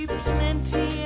plenty